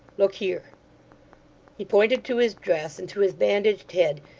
look here he pointed to his dress and to his bandaged head,